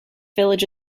village